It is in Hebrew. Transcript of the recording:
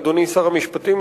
אדוני שר המשפטים,